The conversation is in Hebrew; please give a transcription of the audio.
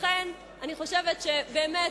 לכן אני חושבת שבאמת,